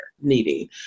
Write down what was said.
needing